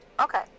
Okay